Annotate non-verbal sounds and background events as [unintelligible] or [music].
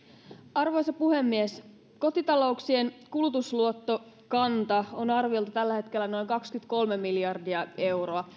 arvoisa puhemies kotitalouksien kulutusluottokanta on tällä hetkellä arviolta noin kaksikymmentäkolme miljardia euroa [unintelligible]